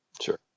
Sure